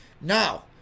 now